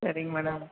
சரிங்க மேடம்